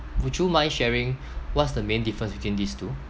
would you mind sharing what's the main difference between these two